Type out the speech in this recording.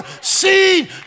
seen